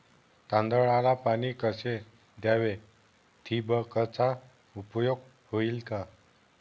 तांदळाला पाणी कसे द्यावे? ठिबकचा उपयोग होईल का?